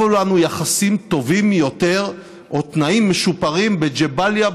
הבו לנו יחסים טובים יותר או תנאים משופרים בג'באליה,